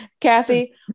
Kathy